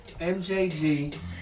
MJG